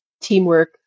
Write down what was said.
teamwork